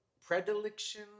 predilection